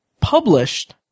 published